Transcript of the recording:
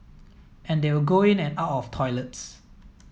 and they will go in and out of toilets